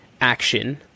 action